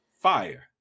Fire